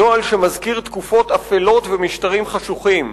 נוהל שמזכיר תקופות אפלות ומשטרים חשוכים.